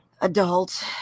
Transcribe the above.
adult